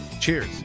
Cheers